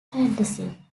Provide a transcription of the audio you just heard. fantasy